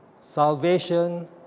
Salvation